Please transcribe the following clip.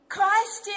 Christ